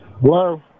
Hello